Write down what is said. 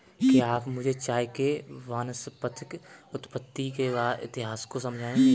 क्या आप मुझे चाय के वानस्पतिक उत्पत्ति के इतिहास को समझाएंगे?